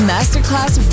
Masterclass